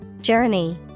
Journey